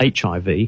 hiv